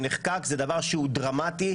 זה דבר דרמטי,